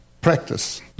practice